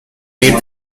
made